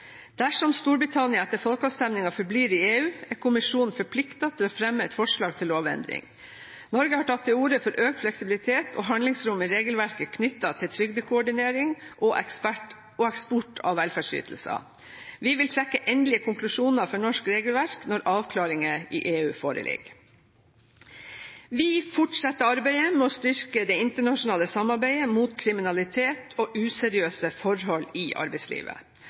Dersom Storbritannia etter folkeavstemningen forblir i EU, er kommisjonen forpliktet til å fremme et forslag til lovendring. Norge har tatt til orde for økt fleksibilitet og handlingsrom i regelverket knyttet til trygdekoordinering og eksport av velferdsytelser. Vi vil trekke endelige konklusjoner for norsk regelverk når avklaringer i EU foreligger. Vi fortsetter arbeidet med å styrke det internasjonale samarbeidet mot kriminalitet og useriøse forhold i arbeidslivet.